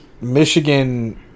Michigan